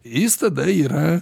jis tada yra